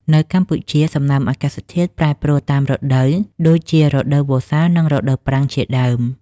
នៅកម្ពុជា សំណើមអាកាសធាតុប្រែប្រួលតាមរដូវ ដូចជារដូវវស្សានិងរដូវប្រាំងជាដើម។